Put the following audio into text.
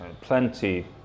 plenty